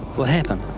what happened?